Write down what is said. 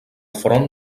front